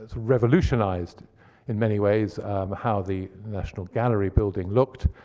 revolutionized in many ways how the national gallery building looked.